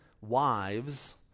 wives